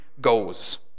goes